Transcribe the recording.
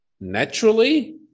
naturally